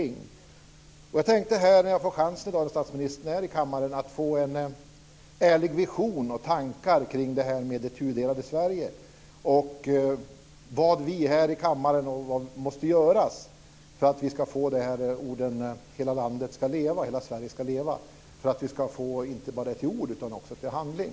När jag i dag får chansen och statsministern finns här i kammaren tänkte jag att vi skulle få höra om en ärlig vision och tankar kring det här med det tudelade Sverige samt om vad som här i kammaren måste göras för att orden hela Sverige ska leva inte bara är ord utan också omsätts i handling.